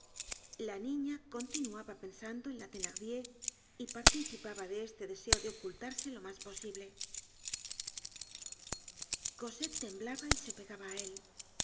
la niña continuaba pensando en la thenardier y participaba de este deseo de ocultarse lo mas posible cosette temblaba y se pegaba á él